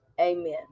Amen